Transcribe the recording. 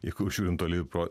jeigu žiūrint toli pro